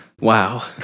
Wow